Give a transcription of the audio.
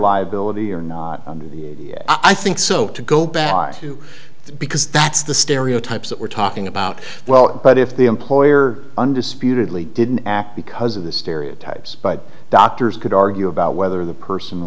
liability or not i think so to go back to because that's the stereotypes that we're talking about well but if the employer undisputedly didn't act because of the stereotypes but doctors could argue about whether the person